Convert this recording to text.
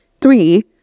Three